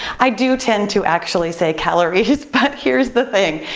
i do tend to actually say calories, but here's the thing.